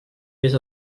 vés